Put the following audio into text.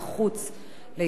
התשע"ב 2011,